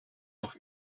noch